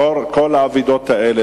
בעקבות כל האבדות האלה,